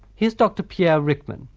here is dr pierre ryckmans,